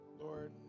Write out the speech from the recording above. Lord